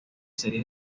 series